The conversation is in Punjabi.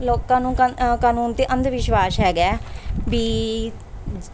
ਲੋਕਾਂ ਨੂੰ ਕਾ ਅ ਕਾਨੂੰਨ 'ਤੇ ਅੰਧ ਵਿਸ਼ਵਾਸ ਹੈਗਾ ਵੀ ਜ